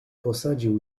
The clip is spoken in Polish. posadził